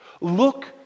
Look